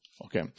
Okay